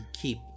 Keep